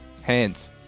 hands